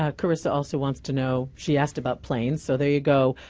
ah karissa also wants to know, she asked about planes, so there you go.